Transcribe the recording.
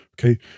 Okay